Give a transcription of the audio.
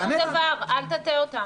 לא קרה שום דבר, אל תטעה אותם.